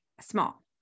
small